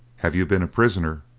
have you been a prisoner?